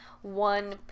one